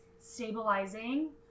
stabilizing